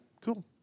cool